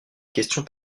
questions